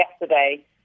yesterday